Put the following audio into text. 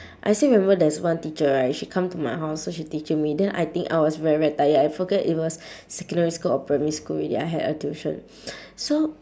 I still remember there's one teacher right she come to my house so she teaching me then I think I was very very tired I forget it was secondary school or primary school already I had a tuition so